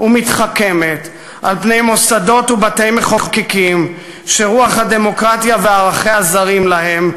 ומתחכמת על פני מוסדות ובתי-מחוקקים שרוח הדמוקרטיה וערכיה זרים להם,